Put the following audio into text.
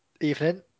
Evening